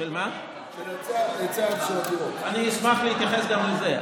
אני אשמח להתייחס גם לזה.